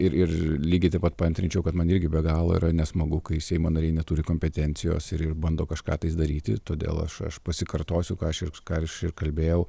ir ir lygiai taip pat paantrinčiau kad man irgi be galo yra nesmagu kai seimo nariai neturi kompetencijos ir ir bando kažką tai daryti todėl aš aš pasikartosiu ką aš ir ką aš ir kalbėjau